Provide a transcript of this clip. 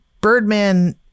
Birdman